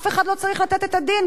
אף אחד לא צריך לתת את הדין,